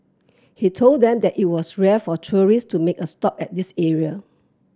he told them that it was rare for tourists to make a stop at this area